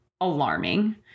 alarming